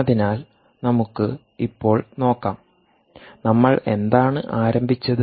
അതിനാൽ നമുക്ക് ഇപ്പോൾ നോക്കാം നമ്മൾ എന്താണ് ആരംഭിച്ചത്